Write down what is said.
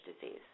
disease